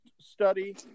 study